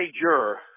juror